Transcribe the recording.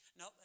no